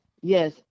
Yes